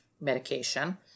medication